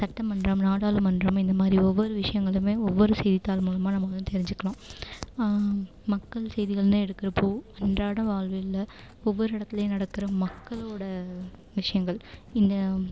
சட்டமன்றம் நாடாளுமன்றம் இந்த மாதிரி ஒவ்வொரு விஷயங்களுமே ஒவ்வொரு செய்தித்தாள் மூலமாக நாம வந்து தெரிஞ்சிக்கிறோம் மக்கள் செய்திகள்னு எடுக்கிறப்போ அன்றாட வாழ்வியலில் ஒவ்வொரு இடத்துலையும் நடக்கிற மக்களோட விஷயங்கள் இந்த